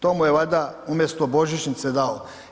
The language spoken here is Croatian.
To mu je valjda umjesto božićnice dao.